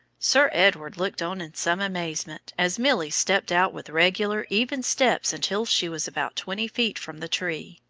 sir edward looked on in some amusement as milly stepped out with regular even steps until she was about twenty feet from the tree,